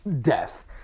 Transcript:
death